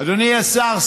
אדוני השר,